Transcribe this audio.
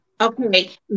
Okay